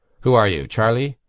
who are you? charlie?